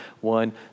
one